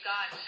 God